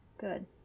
Good